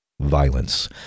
violence